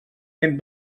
ben